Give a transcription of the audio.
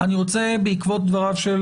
אני רוצה בעקבות דבריו של